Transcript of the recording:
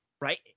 right